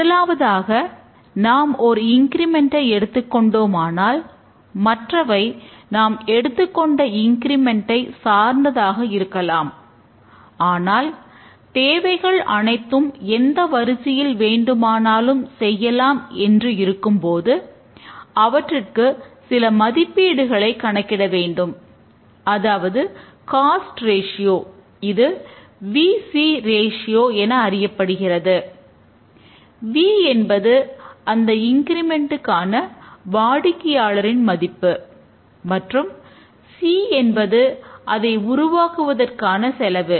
முதலாவதாக நாம் ஒரு இன்கிரிமெண்ட் என்பது அதை உருவாக்குவதற்கான செலவு